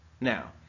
Now